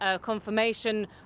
confirmation